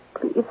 Please